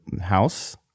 house